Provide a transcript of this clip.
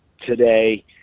today